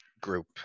group